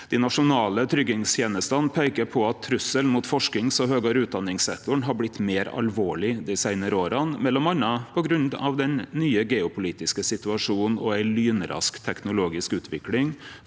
Dei nasjonale tryggingstenestene peikar på at trusselen mot forskings- og høgare utdanningssektoren har blitt meir alvorleg dei seinare åra, m.a. på grunn av den nye geopolitiske situasjonen og ei lynrask teknologisk utvikling,